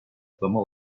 tutuklama